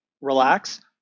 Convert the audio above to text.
relax